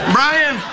Brian